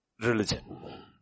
religion